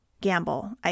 Gamble